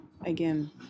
again